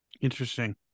Interesting